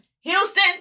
Houston